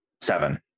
seven